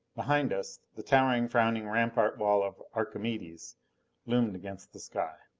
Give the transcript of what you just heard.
behind us, the towering, frowning rampart-wall of archimedes loomed against the sky.